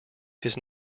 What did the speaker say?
his